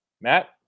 Matt